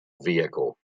vehicle